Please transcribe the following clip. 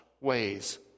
ways